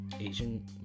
asian